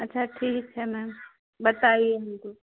अच्छा ठीक है मैम बताइए हमको